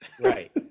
Right